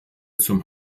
zum